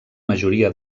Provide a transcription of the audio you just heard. majoria